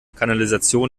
kanalisation